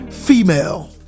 female